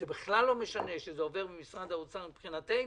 זה בכלל לא משנה שזה עובר ממשרד האוצר, מבחינתנו,